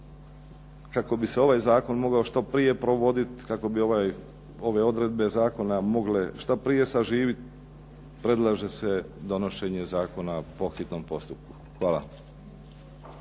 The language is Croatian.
kako bi se ovaj zakon mogao što prije provoditi, kako bi ove odredbe zakona mogle šta prije saživiti, predlaže se donošenje zakona po hitnom postupku. Hvala.